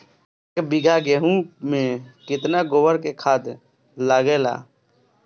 एक बीगहा गेहूं में केतना गोबर के खाद लागेला?